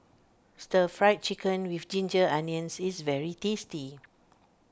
Stir Fried Chicken with Ginger Onions is very tasty